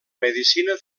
medicina